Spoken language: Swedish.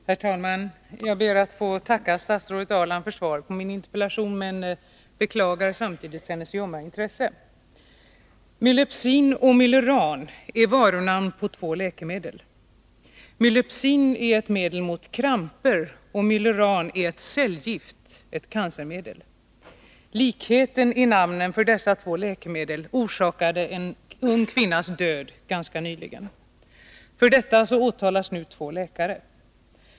Herr talman! Jag ber att få tacka statsrådet Ahrland för svaret på min interpellation, men beklagar samtidigt hennes ljumma intresse. Mylepsin och Myleran är varunamnen på två läkemedel. Mylepsin är ett medel mot kramper, och Myleran är ett cellgift, ett cancermedel. Likheten i dessa två läkemedels namn orsakade en ung kvinnas död ganska nyligen. För detta åtalas nu två läkare.